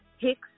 Hicks